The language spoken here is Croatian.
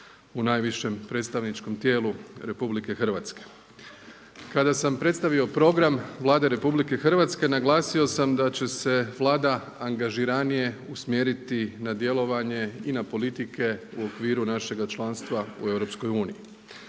u najvišem predstavničkom tijelu Republike Hrvatske. Kada sam predstavio program Vlade Republike Hrvatske naglasio sam da će se Vlada angažiranije usmjeriti na djelovanje i na politike u okviru našega članstva u